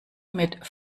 mit